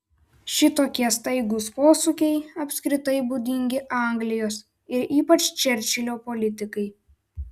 šitokie staigūs posūkiai apskritai būdingi anglijos ir ypač čerčilio politikai